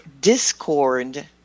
discord